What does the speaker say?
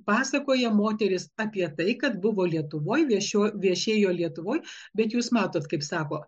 pasakoja moteris apie tai kad buvo lietuvoj viešio viešėjo lietuvoj bet jūs matot kaip sako